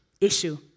issue